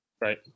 right